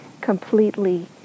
completely